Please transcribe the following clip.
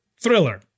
thriller